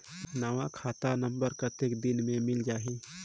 नवा खाता नंबर कतेक दिन मे मिल जाही?